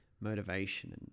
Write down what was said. motivation